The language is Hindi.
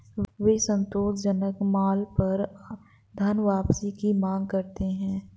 वे असंतोषजनक माल पर धनवापसी की मांग करते हैं